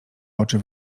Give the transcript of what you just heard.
oczy